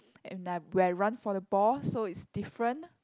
and I when I run for the ball so it's different